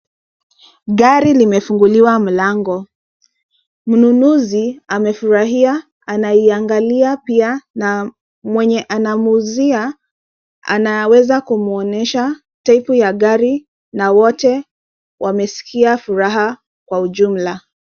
Gari limefunguliwa mlango. Mnunuzi amefurahia anaiangalia pia na mwenye anamuuzia anaweza kumuonyesha type ya gari na wote wamesikia furaha kwa ujumla.